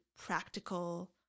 practical